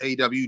aw